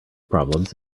problems